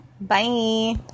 Bye